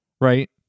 right